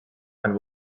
and